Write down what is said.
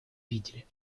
видали